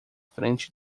frente